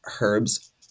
herbs